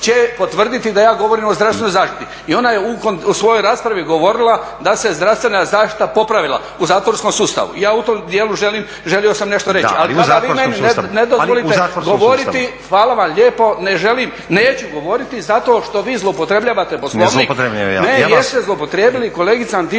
da ja govorim o zdravstvenoj zaštiti. I ona je u svojoj raspravi govorila da se zdravstvena zaštita popravila u zatvorskom sustavu. Ja u tom dijelu želio sam nešto reći. Ali vi meni ne dozvolite govoriti, hvala vam lijepo, ne želim, neću govoriti zato što vi zloupotrebljavate Poslovnik. **Stazić, Nenad